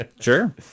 Sure